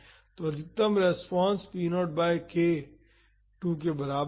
तो अधिकतम response p0 by k 2 के बराबर है